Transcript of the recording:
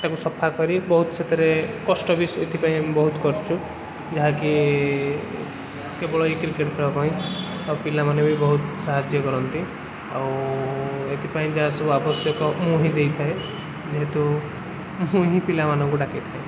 ତାକୁ ସଫା କରି ବହୁତ ସେଥିରେ କଷ୍ଟ ବି ଏଥିପାଇଁ ବହୁତ କରିଛୁ ଯାହାକି କେବଳ ଏଇ କ୍ରିକେଟ୍ ଖେଳ ପାଇଁ ଆଉ ପିଲାମାନେ ବି ବହୁତ ସାହାଯ୍ୟ କରନ୍ତି ଆଉ ଏଥିପାଇଁ ଯାହାସବୁ ଆବଶ୍ୟକ ମୁଁ ହିଁ ଦେଇଥାଏ ଯେହେତୁ ମୁଁ ହିଁ ପିଲାମାନଙ୍କୁ ଡାକେ